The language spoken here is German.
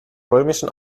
römischen